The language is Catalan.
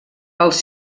els